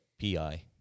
PI